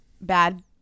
Bad